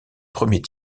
premier